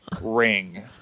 ring